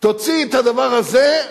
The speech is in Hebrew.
תוציא את הדבר הזה,